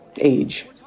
age